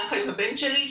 דווקא עם הבן שלי,